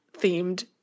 themed